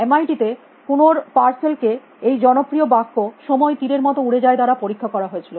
M I T তেকুনো র parcel kuno's parcelকে এই জনপ্রিয় বাক্য সময় তীরের মত উড়ে যায় দ্বারা পরীক্ষা করা হয়েছিল